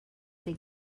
they